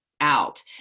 out